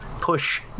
push